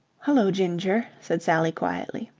hullo, ginger, said sally quietly.